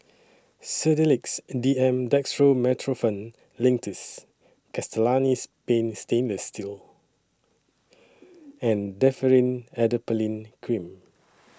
Sedilix D M Dextromethorphan Linctus Castellani's Paint Stainless Steel and Differin Adapalene Cream